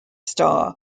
star